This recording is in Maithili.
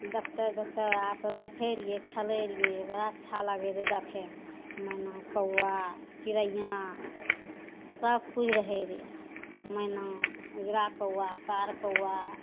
देखते देखते आओर सब देखय रहियै खेलय रहियै बड़ा अच्छा लागय रहय देखयमे मैना कौआ चिड़ैया सबकिछु रहय रहय मैना उजरा कौआ कार कौआ